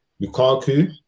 Lukaku